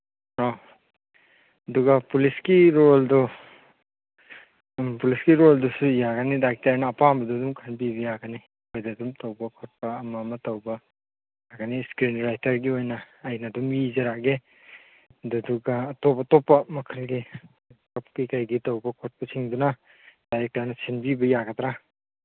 ꯑ ꯑꯗꯨꯒ ꯄꯨꯂꯤꯁꯀꯤ ꯔꯣꯜꯗꯣ ꯎꯝ ꯄꯨꯂꯤꯁꯀꯤ ꯔꯣꯜꯗꯨꯁꯨ ꯌꯥꯒꯅꯤꯗ ꯗꯥꯏꯔꯦꯛꯇꯔꯅ ꯑꯄꯥꯝꯕꯗꯨ ꯑꯗꯨꯝ ꯈꯟꯕꯤꯕ ꯌꯥꯒꯅꯤ ꯃꯣꯏꯗ ꯑꯗꯨꯝ ꯇꯧꯕ ꯈꯣꯠꯄ ꯑꯃ ꯑꯃ ꯇꯧꯕ ꯌꯥꯒꯅꯤ ꯏꯁꯀ꯭ꯔꯤꯟ ꯔꯥꯏꯇꯔꯒꯤ ꯑꯣꯏꯅ ꯑꯩꯅ ꯑꯗꯨꯝ ꯏꯖꯔꯛꯑꯒꯦ ꯑꯗꯨꯗꯨꯒ ꯑꯇꯣꯞ ꯑꯇꯣꯞꯄ ꯃꯈꯩꯒꯤ ꯃꯦꯀꯞꯀꯤ ꯀꯩꯒꯤ ꯇꯧꯕ ꯈꯣꯠꯄꯁꯤꯡꯗꯨꯅ ꯗꯥꯏꯔꯦꯛꯇꯔꯅ ꯁꯤꯟꯕꯤꯕ ꯌꯥꯒꯗ꯭ꯔꯥ